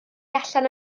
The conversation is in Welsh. allan